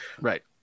Right